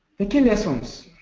the key lessons,